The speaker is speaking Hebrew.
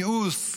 מיאוס,